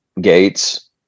Gates